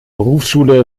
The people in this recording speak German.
berufsschule